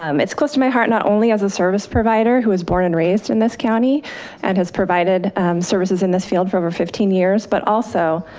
um it's close to my heart not only as a service provider who was born and raised in this county and has provided services in this field for over fifteen years, but also